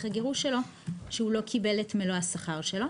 הגירוש שלו שהוא לא קיבל את מלוא השכר שלו,